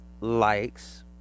likes